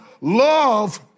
love